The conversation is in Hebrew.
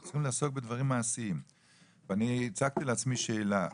אנחנו צריכים לעסוק בדברים מעשיים ואני הצגתי לעצמי שאלה,